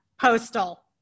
Postal